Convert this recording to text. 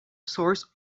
source